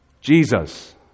Jesus